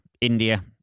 India